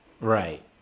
Right